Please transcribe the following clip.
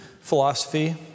philosophy